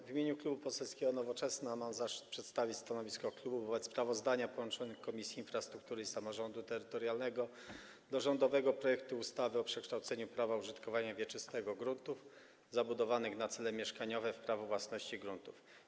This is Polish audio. W imieniu Klubu Poselskiego Nowoczesna mam zaszczyt przedstawić stanowisko klubu wobec sprawozdania połączonych Komisji Infrastruktury i komisji samorządu terytorialnego o rządowym projekcie ustawy o przekształceniu prawa użytkowania wieczystego gruntów zabudowanych na cele mieszkaniowe w prawo własności gruntów.